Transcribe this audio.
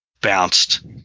bounced